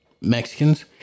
Mexicans